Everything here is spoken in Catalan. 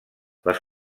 les